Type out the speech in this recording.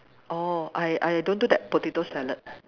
orh I I don't do that potato salad